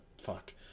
Fuck